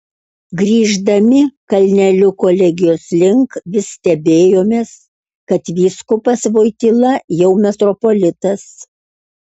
grįždami kalneliu kolegijos link vis stebėjomės kad vyskupas voityla jau metropolitas